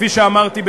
כפי שאמרתי,